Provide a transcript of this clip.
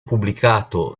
pubblicato